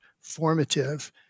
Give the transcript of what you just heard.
formative